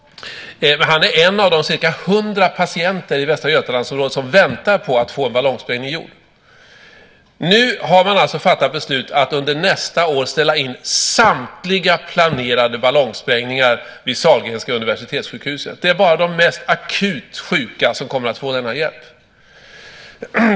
Han är en av de ca 100 patienter i Västra Götalandsområdet som väntar på att få en ballongsprängning gjord. Nu har man fattat beslut att under nästa år ställa in samtliga planerade ballongsprängningar vid Sahlgrenska universitetssjukhuset. Det är bara de mest akut sjuka som kommer att få denna hjälp.